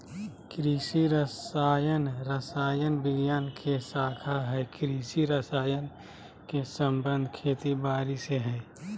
कृषि रसायन रसायन विज्ञान के शाखा हई कृषि रसायन के संबंध खेती बारी से हई